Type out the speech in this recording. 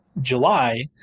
July